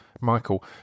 Michael